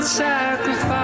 sacrifice